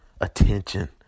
attention